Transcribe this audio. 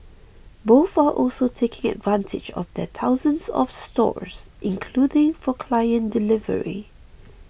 both are also taking advantage of their thousands of stores including for client delivery